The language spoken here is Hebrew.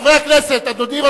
תואיל,